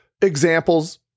examples